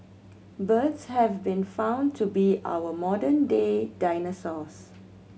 birds have been found to be our modern day dinosaurs